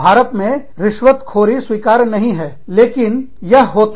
भारत में रिश्वतखोरी स्वीकार्य नहीं है लेकिन यह होता है